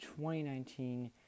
2019